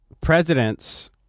presidents